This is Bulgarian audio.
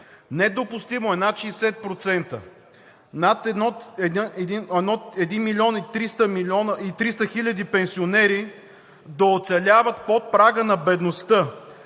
Недопустимо е над 60%, над 1 милион и 300 хиляди пенсионери да оцеляват под прага на бедността,